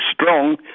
strong